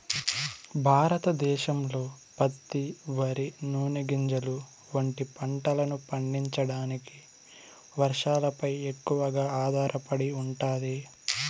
భారతదేశంలో పత్తి, వరి, నూనె గింజలు వంటి పంటలను పండించడానికి వర్షాలపై ఎక్కువగా ఆధారపడి ఉంటాది